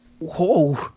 Whoa